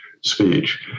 speech